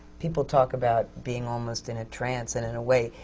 people talk about being almost in a trance, and in a way,